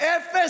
אפס.